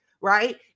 Right